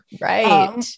Right